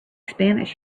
spanish